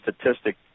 statistic